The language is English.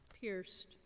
pierced